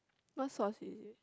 what sauce is it